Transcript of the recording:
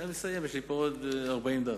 אני מסיים, יש לי עוד 40 דף.